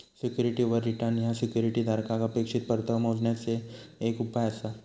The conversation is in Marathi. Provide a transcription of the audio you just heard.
सिक्युरिटीवर रिटर्न ह्या सिक्युरिटी धारकाक अपेक्षित परतावो मोजण्याचे एक उपाय आसा